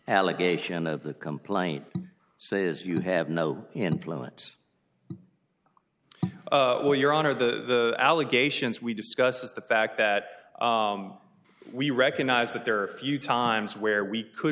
allegation of the complaint says you have no influence or your honor the allegations we discussed is the fact that we recognize that there are a few times where we could